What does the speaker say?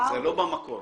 זה לא במקור.